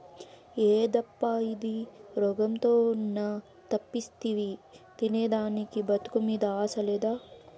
యేదప్పా ఇది, రోగంతో ఉన్న తెప్పిస్తివి తినేదానికి బతుకు మీద ఆశ లేదా